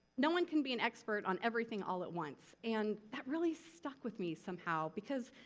no one can be an expert on everything all at once. and that really stuck with me somehow because,